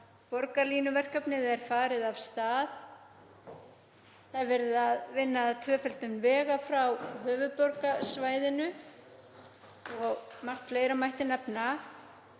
borgarlínuverkefnið er farið af stað, unnið er að tvöföldun vega frá höfuðborgarsvæðinu og margt fleira mætti nefna.